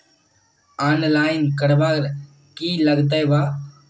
Online करवार की लगते वा?